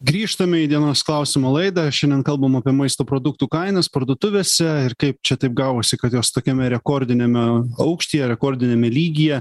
grįžtame į dienos klausimo laidą šiandien kalbam apie maisto produktų kainas parduotuvėse ir kaip čia taip gavosi kad jos tokiame rekordiniame aukštyje rekordiniame lygyje